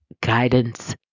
guidance